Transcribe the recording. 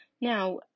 Now